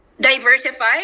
Diversify